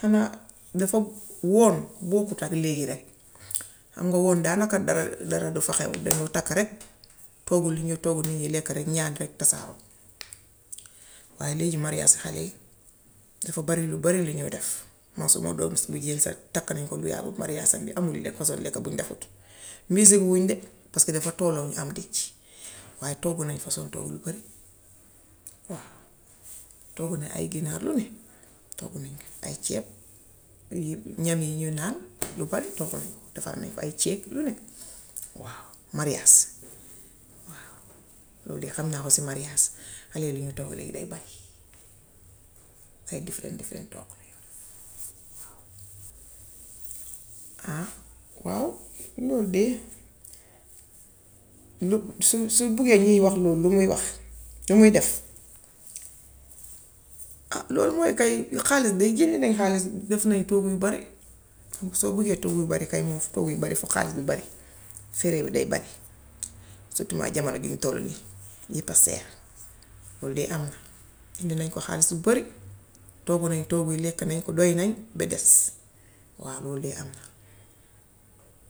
Xanaa dafa woon, bokkut ak léegi rekk. Xam nga woon daanaka dara dara du fa xew, dañoo takk rekk togg li ñoo togg nit ñi rekk ñaag rekk tasaaroo. Waaye léegi mariyaas xale yi dafa bari lu ñoo def. Man suma doom bu jigéen takk nañu ko lu yàggul. Mariyaasam amul façon lekka bu ñu deful paska dafa tollon ñu am dëj. Waaye togg nañ façon togg yu bari waaw. Togg nañ ay ginaar lu ne. Togg nañ ay ceeb ñam yi ñuy naan yu bari togg nañu ko. Defar nañu fa ay cii yak yu ne waaw mariyaas. Waaw loolu de xam naa ko si mariyaas. Xale yi yi ñoo togg léegi day bari ay different different toggu lañuy def waaw. Waaw, loolu dey lu su su buggee nit ñi wax loolu lu muy wax, lu muy def. loolu mooy kay xaalis de génne nañu xaalis def nañu toggu yu bari. Soo buggee togg yu bari kay moom su toggu yi bari, fokk xaalis bi bari. Frais yi day bari sirtumaa jamaano jiñ tollu nii, lépp a seer. Lool de am na. Indil nañ ko xaalis bu bari. Toggu nañu toggu yi lekk nañu ko doy nañ ba des waaw loolu dey am na.